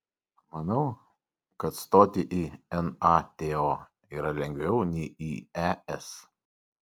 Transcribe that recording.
manau kad stoti į nato yra lengviau nei į es